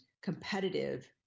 competitive